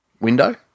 window